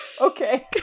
okay